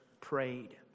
prayed